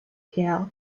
pierres